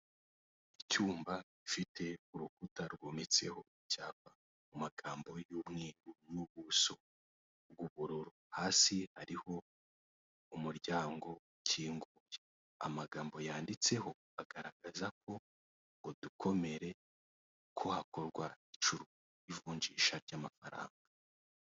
Icyumba gifite urukuta rwometseho cyapa mu magambo y'umweru n'ubuso bw'ubururu hasi ariho umuryango ukinguye amagambo yanditseho agaragaza ko uwo dukomere ko hakorwa ivunjisha ry'amafaranga.